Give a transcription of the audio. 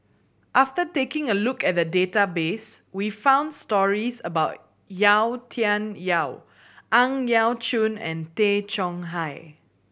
after taking a look at the database we found stories about Yau Tian Yau Ang Yau Choon and Tay Chong Hai